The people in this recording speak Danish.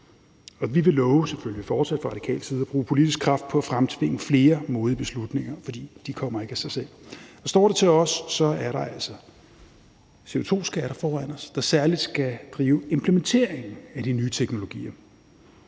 fortsat love at bruge politisk kraft på at fremtvinge flere modige beslutninger, for de kommer ikke af sig selv. Og står det til os, er der altså CO2-skatter foran os, der særlig skal drive implementeringen af de nye teknologier.